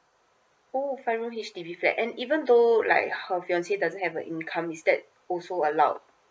oh five room H_D_B flat and even though like her fiance doesn't have a income is that also allowed